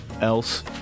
else